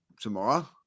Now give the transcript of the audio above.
tomorrow